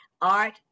art